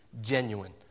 genuine